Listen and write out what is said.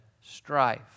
strife